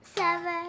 Seven